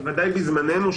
ודאי בזמננו,